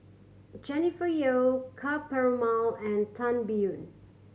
Jennifer Yeo Ka Perumal and Tan Biyun